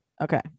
Okay